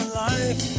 life